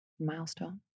milestone